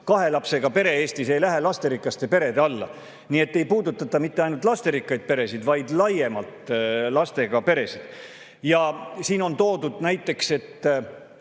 Kahe lapsega pere Eestis ei lähe lasterikaste perede alla. Nii et ei puudutata mitte ainult lasterikkaid peresid, vaid laiemalt lastega peresid. Siin on toodud näiteks, et